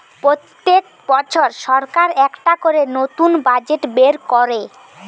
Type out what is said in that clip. পোত্তেক বছর সরকার একটা করে নতুন বাজেট বের কোরে